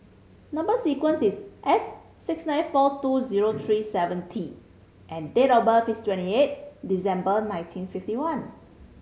number sequence is S six nine four two zero three seven T and date of birth is twenty eight December nineteen fifty one